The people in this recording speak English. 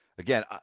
Again